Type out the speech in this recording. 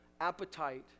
appetite